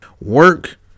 work